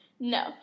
No